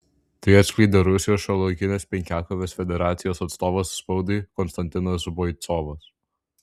tai atskleidė rusijos šiuolaikinės penkiakovės federacijos atstovas spaudai konstantinas boicovas